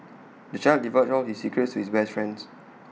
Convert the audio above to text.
the child divulged all his secrets to his best friends